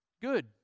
good